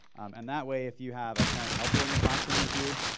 and that way if you have a parent helper in the classroom with you,